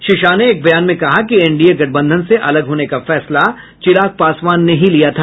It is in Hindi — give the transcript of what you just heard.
श्री शाह ने एक बयान में कहा कि एनडीए गठबंधन से अलग होने का फैसला चिराग पासवान ने ही लिया था